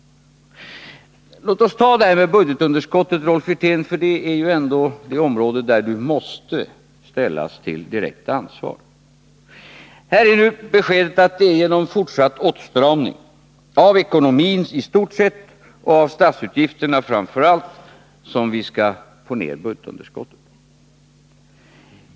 Låt oss ta upp problemet med budgetunderskottet, Rolf Wirtén, det hör ändå till det område där budgetministern måste ställas till direkt ansvar. Här lämnas beskedet att det är genom fortsatt åtstramning av ekonomin i stort sett och av statsutgifterna framför allt som vi skall få ned budgetunderskottet.